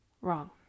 Wrong